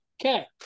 Okay